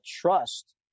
trust